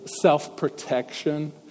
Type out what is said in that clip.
self-protection